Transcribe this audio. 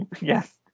yes